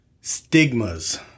stigmas